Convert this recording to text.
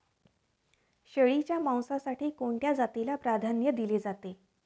शेळीच्या मांसासाठी कोणत्या जातीला प्राधान्य दिले जाते?